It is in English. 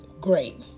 great